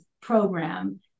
program